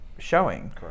showing